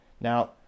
Now